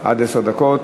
עד עשר דקות.